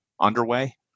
underway